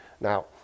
Now